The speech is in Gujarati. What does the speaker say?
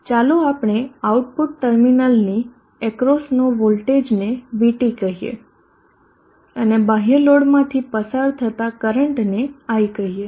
ચાલો આપણે આઉટપુટ ટર્મિનલની અક્રોસનો વોલ્ટેજને VT કહીએ અને બાહ્ય લોડ માંથી પસાર થતા કરંટ ને i કહીયે